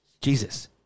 Jesus